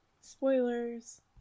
Spoilers